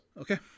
Okay